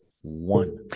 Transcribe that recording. One